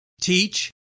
teach